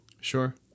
Sure